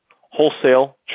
wholesale